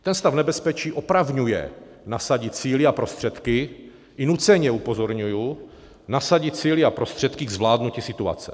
Ten stav nebezpečí opravňuje nasadit síly a prostředky i nuceně upozorňuji nasadit síly a prostředky ke zvládnutí situace.